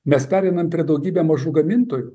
mes pereinam prie daugybę mažų gamintojų